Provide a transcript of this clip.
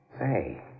Hey